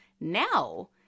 Now